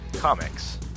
Comics